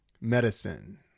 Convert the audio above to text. Medicine